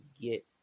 get